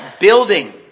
building